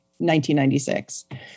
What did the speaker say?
1996